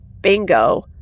Bingo